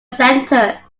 center